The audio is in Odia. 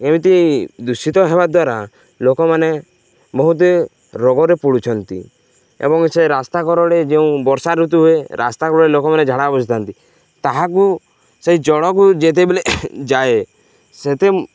ଏମିତି ଦୂଷିତ ହେବା ଦ୍ୱାରା ଲୋକମାନେ ବହୁତ ରୋଗରେ ପଡ଼ୁଛନ୍ତି ଏବଂ ସେ ରାସ୍ତା କଡ଼ରେ ଯେଉଁ ବର୍ଷା ଋତୁ ହୁଏ ରାସ୍ତା କଡେ ଲୋକମାନେ ଝାଡ଼ା ବସିଥାନ୍ତି ତାହାକୁ ସେଇ ଜଳକୁ ଯେତେବେଲେ ଯାଏ ସେତେ